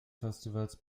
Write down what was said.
festivals